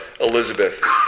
Elizabeth